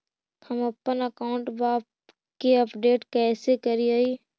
हमपन अकाउंट वा के अपडेट कैसै करिअई?